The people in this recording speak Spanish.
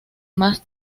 más